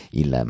il